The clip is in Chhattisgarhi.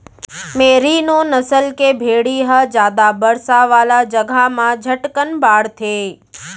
मेरिनों नसल के भेड़ी ह जादा बरसा वाला जघा म झटकन बाढ़थे